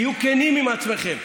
תהיו כנים עם עצמכם,